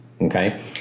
okay